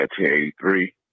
1983